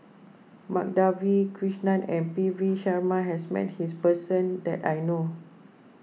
Madhavi Krishnan and P V Sharma has met this person that I know